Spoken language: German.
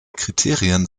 kriterien